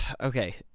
Okay